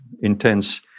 intense